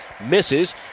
misses